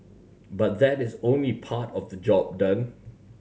but that is only part of the job done